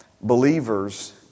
believers